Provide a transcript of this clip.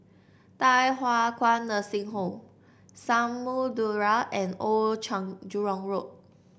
Thye Hua Kwan Nursing Home Samudera and Old Jurong Road